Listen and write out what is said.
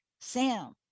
Sam